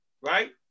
right